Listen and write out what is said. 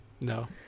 No